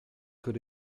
could